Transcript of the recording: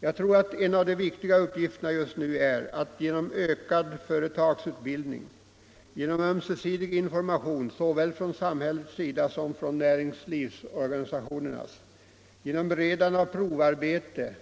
Jag tror att en av de viktiga uppgifterna just nu är att genom ökad företagsutbildning, genom ömsesidig information mellan samhället och näringslivsorganisationerna, genom beredande av provarbete